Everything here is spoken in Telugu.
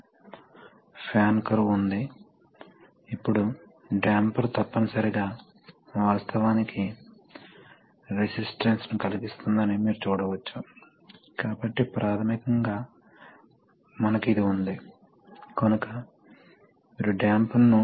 కాని తక్కువ ప్రెషర్ తో ఉంటాయి కాబట్టి ఇటువంటి సందర్భాల్లో ఫాన్స్ ఉపయోగించబడతాయి మరియు అవి సెంట్రిఫ్యూగల్ కావచ్చు లేదా అవి యాక్సిల్ కావచ్చు